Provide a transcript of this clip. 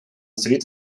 street